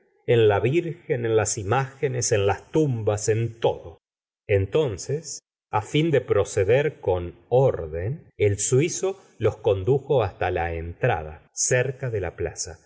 en la virgen en las imágenes en las tumbas en todo entonces á fin de procecer con orden el suizo los condujo hasta la entrada cerca de la plaza